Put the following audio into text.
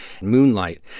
Moonlight